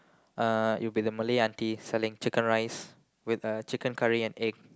uh it will be the Malay auntie selling chicken-rice with uh chicken curry and egg